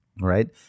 right